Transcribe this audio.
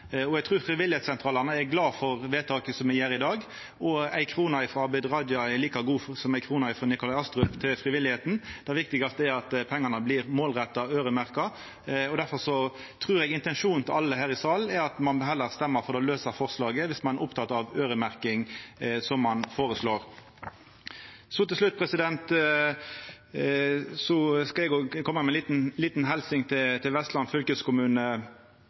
Eg trur frivilligsentralane er glade for vedtaket me gjer i dag. Ei krone frå Abid Raja er like god som ei krone frå Nikolai Astrup til det frivillige. Det viktigaste er at pengane blir målretta og øyremerkte. Difor trur eg intensjonen til alle i salen er at ein heller stemmer for det lause forslaget om ein er oppteken av øyremerking, slik me føreslår. Til slutt skal eg koma med ei lita helsing til Vestland fylkeskommune,